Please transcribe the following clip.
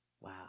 Wow